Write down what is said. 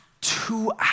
Two